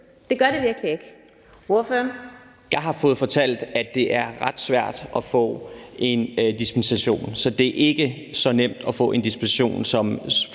Mohammad Rona (M): Jeg har fået fortalt, er det er ret svært at få en dispensation. Så det er ikke så nemt at få en dispensation, som